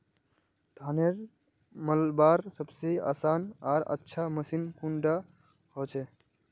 धानेर मलवार सबसे आसान आर अच्छा मशीन कुन डा होचए?